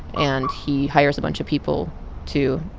and he hires a bunch of people to,